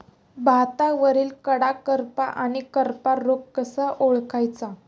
भातावरील कडा करपा आणि करपा रोग कसा ओळखायचा?